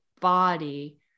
body